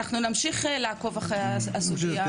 אנחנו נמשיך לעקוב אחרי הסוגייה הזאת.